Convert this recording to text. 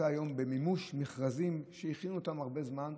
במימוש מכרזים שהכינו אותם לפני הרבה זמן.